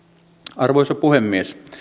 arvoisa puhemies